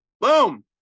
Boom